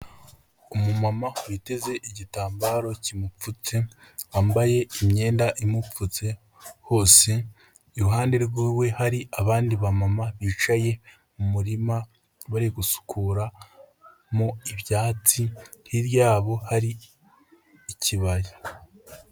Umumama witeze igitambaro kimupfutse, wambaye imyenda imupfutse hose, iruhande rwiwe hari abandi bamama bicaye mu muririma bari gusukuramo ibyatsi, hirya yabo hari ikibaya.